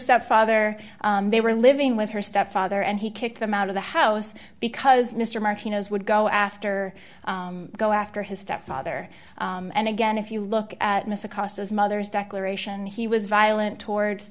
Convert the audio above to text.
stepfather they were living with her stepfather and he kicked them out of the house because mr martinez would go after go after his stepfather and again if you look at mr cost as mother's declaration he was violent towards